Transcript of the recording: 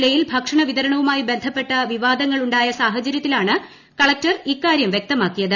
ജില്ലയിൽ ഭക്ഷണ വിതരണവുമായി ബന്ധപ്പെട്ട വിവാദങ്ങൾ ഉണ്ടായ സാഹചര്യത്തിലാണ് കളക്റ്റർ ഈ കാര്യം വ്യക്തമാക്കിയത്